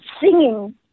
singing